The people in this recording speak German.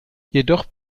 jedoch